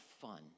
fun